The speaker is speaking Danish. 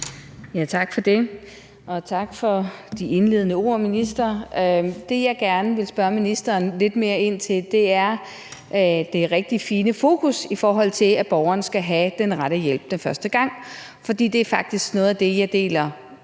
Tak for det. Og tak for de indledende ord, minister. Det, jeg gerne vil spørge ministeren lidt mere ind til, er det rigtig fine fokus, i forhold til at borgeren skal have den rette hjælp første gang. For det er faktisk noget af det, hvor jeg er